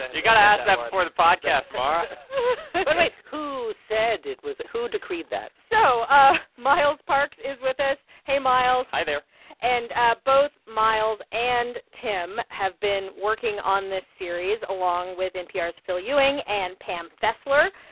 you got to ask that before the podcast, mara but wait, who said it was who decreed that? so um miles parks is with us. hey, miles hi there and ah both miles and tim have been working on this series, along with npr's phil ewing and pam fessler.